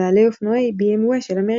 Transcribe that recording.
בעלי אופנועי BMW של אמריקה,